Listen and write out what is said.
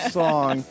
song